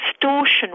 Distortion